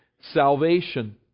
salvation